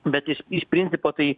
bet iš iš principo tai